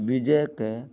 विजयके